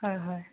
হয় হয়